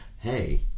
Hey